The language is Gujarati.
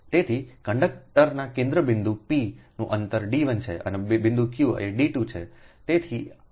તેથી કંડક્ટરનાં કેન્દ્રથી બિંદુ p નું અંતર D1 છે અને બિંદુ q એ D2 છે